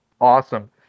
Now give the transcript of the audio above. awesome